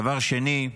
דבר שני,